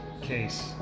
case